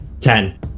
Ten